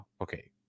okay